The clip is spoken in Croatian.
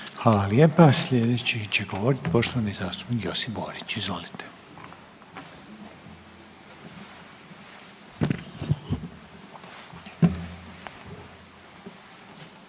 vam lijepa. Slijedeći će govorit poštovani zastupnik Josip Borić. Izvolite.